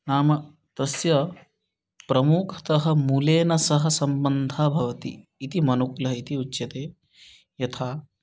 नाम तस्य प्रमुखतः मूलेन सह सम्बन्धः भवति इति मनुकुलः इति उच्यते यथा